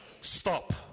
Stop